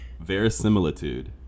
Verisimilitude